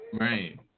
right